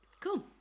Cool